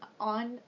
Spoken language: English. on